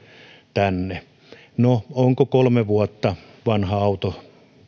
tänne no onko kolme vuotta vanha auto